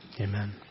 amen